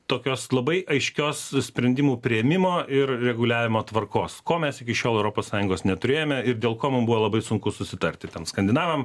tokios labai aiškios sprendimų priėmimo ir reguliavimo tvarkos ko mes iki šiol europos sąjungos neturėjome ir dėl ko mums buvo labai sunku susitarti ten skandinavam